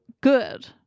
good